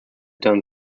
done